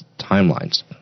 timelines